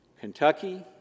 Kentucky